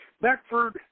Beckford